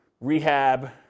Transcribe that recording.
rehab